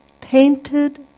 painted